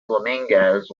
flamingos